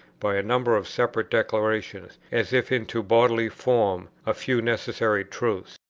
by a number of separate declarations, as if into bodily form, a few necessary truths.